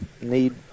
need